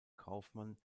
kaufmann